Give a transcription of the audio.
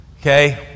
okay